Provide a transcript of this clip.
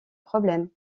problèmes